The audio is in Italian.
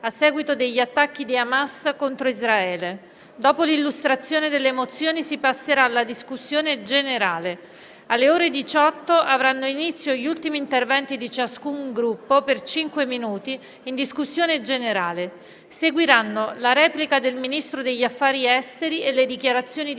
a seguito degli attacchi di Hamas contro Israele. Dopo l'illustrazione delle mozioni si passerà alla discussione. Alle ore 18 avranno inizio gli ultimi interventi di ciascun Gruppo - per cinque minuti - in discussione. Seguiranno la replica del Ministro degli affari esteri e le dichiarazioni di